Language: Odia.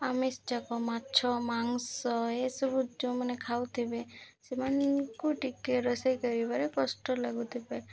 ଆମିଷ ଯାକ ମାଛ ମାଂସ ଏସବୁ ଯେଉଁମାନେ ଖାଉଥିବେ ସେମାନଙ୍କୁ ଟିକେ ରୋଷେଇ କରିବାରେ କଷ୍ଟ ଲାଗୁଥିବେ